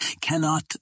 Cannot